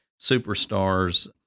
superstars